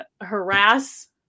harass